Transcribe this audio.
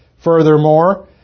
Furthermore